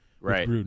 right